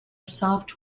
soft